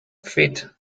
fit